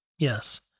Yes